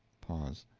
pause.